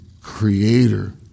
creator